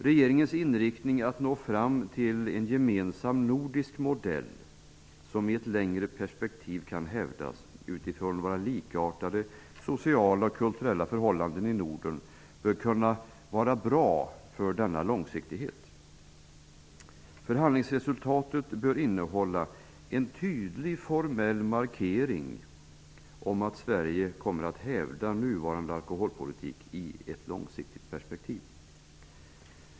Regeringens inriktning att nå fram till en gemensam nordisk modell som i ett längre perspektiv kan hävdas utifrån likartade sociala och kulturella förhållanden i Norden bör kunna vara bra för denna långsiktighet. Förhandlingsresultatet bör innehålla en tydlig formell markering om att Sverige kommer att hävda nuvarande alkoholpolitik i ett långsiktigt perspektiv.